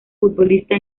futbolista